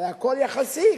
הרי הכול יחסי,